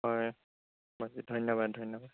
হয় ধন্যবাদ ধন্যবাদ